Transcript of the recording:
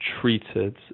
treated